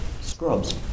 Scrubs